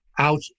out